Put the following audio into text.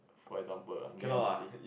for example lah near M_R_T